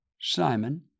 Simon